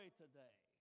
today